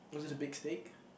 was it a big steak